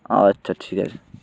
আচ্ছা ঠিক আছে